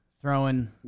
throwing